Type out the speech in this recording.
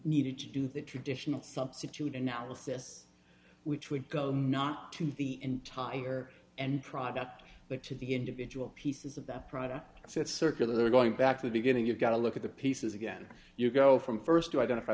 needed to do the traditional substitute analysis which would go not to the entire end product look to the individual pieces of the product so it's circular going back to the beginning you've got to look at the pieces again you go from st to identify